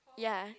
ya